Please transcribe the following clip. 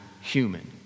human